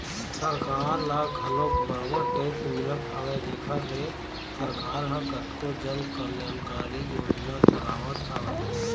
सरकार ल घलोक बरोबर टेक्स मिलत हवय जेखर ले सरकार ह कतको जन कल्यानकारी योजना चलावत हवय